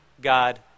God